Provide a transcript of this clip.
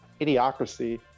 idiocracy